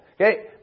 Okay